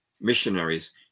missionaries